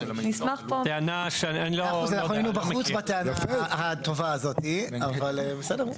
אנחנו היינו בחוץ בטענה הטובה הזאתי אבל בסדר,